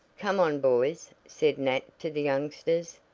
come on, boys, said nat to the youngsters,